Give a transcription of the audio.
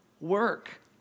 work